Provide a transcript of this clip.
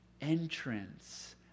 entrance